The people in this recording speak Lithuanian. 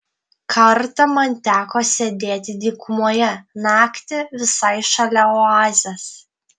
kartą man teko sėdėti dykumoje naktį visai šalia oazės